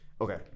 okay